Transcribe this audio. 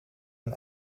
een